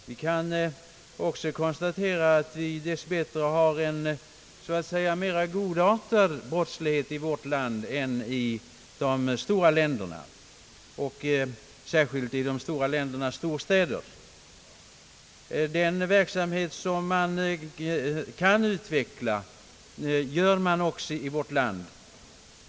Vi kan också konstatera att vi dess bättre har en så att säga mera godartad brottslighet i vårt land än i de stora länderna och särskilt i de stora ländernas storstäder. De åtgärder som kan vidtagas vidtas i ökad grad i vårt land.